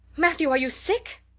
matthew, are you sick?